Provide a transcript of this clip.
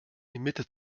mitte